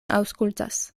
aŭskultas